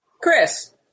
Chris